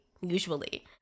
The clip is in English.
usually